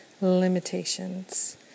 limitations